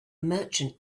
merchant